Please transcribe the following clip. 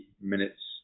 minutes